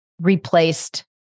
replaced